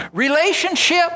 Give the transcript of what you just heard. Relationship